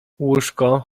łóżko